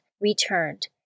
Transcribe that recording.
returned